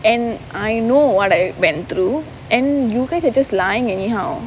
and I know what I went through and you could just lying anyhow